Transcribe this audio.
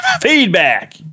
feedback